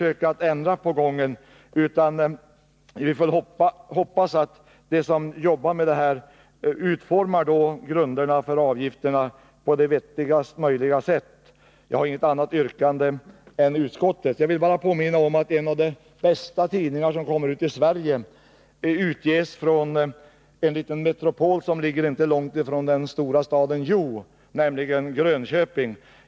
Jag hoppas att grunderna för avgifterna kommer att utformas på vettigaste möjliga sätt. Jag har inget annat yrkande än utskottets. En av de bästa tidningar som kommer ut i Sverige utges från en liten metropol som ligger inte långt från den stora staden Hjo, nämligen Grönköping.